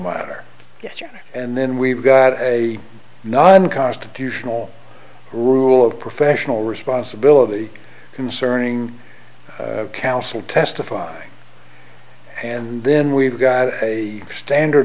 yesterday and then we've got a non constitutional rule of professional responsibility concerning council testify and then we've got a standard